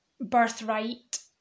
birthright